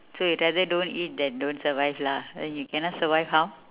so you tell that don't eat then don't survive lah then you cannot survive how